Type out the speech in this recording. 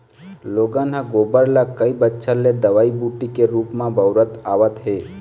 लोगन ह गोबर ल कई बच्छर ले दवई बूटी के रुप म बउरत आवत हे